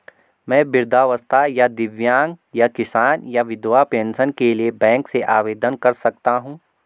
मैं वृद्धावस्था या दिव्यांग या किसान या विधवा पेंशन के लिए बैंक से आवेदन कर सकता हूँ?